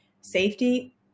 safety